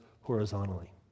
horizontally